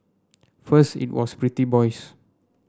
first it was pretty boys